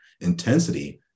intensity